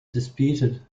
disputed